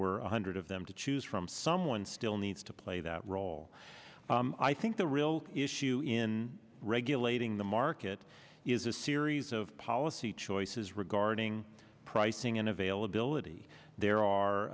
were one hundred of them to choose from someone still needs to play that role i think the real issue in regulating the market is a series of policy choices regarding pricing and availability there are